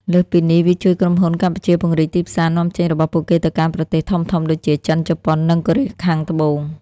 លើសពីនេះ វាជួយក្រុមហ៊ុនកម្ពុជាពង្រីកទីផ្សារនាំចេញរបស់ពួកគេទៅកាន់ប្រទេសធំៗដូចជា ចិន ជប៉ុន និងកូរ៉េខាងត្បូង។